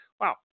Wow